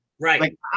Right